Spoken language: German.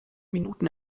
minuten